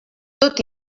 tot